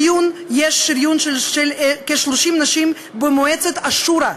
יש שריון של כ-30 נשים במועצת השורא,